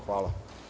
Hvala.